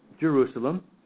Jerusalem